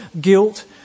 guilt